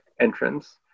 entrance